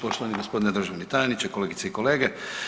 Poštovani gospodine državni tajniče, kolegice i kolege.